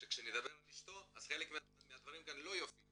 כשנדבר על אשתו תוכלו לראות שחלק מהדברים לא יופיעו